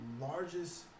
largest